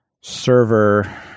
server